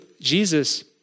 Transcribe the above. Jesus